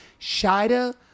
Shida